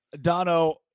Dono